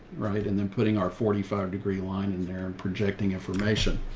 right? and then putting our forty five degree line in there and projecting information.